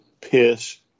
piss